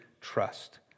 trust